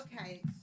Okay